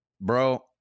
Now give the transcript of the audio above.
bro